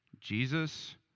Jesus